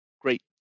Great